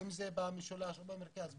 זו בעצם בקשה לדיון של חבר הכנסת שחאדה אנטאנס.